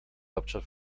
hauptstadt